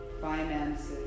finances